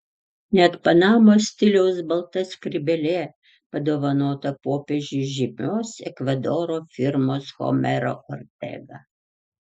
net panamos stiliaus balta skrybėlė padovanota popiežiui žymios ekvadoro firmos homero ortega